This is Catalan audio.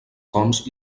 fonts